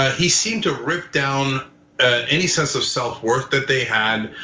he seemed to rip down any sense of self-worth that they had,